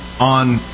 on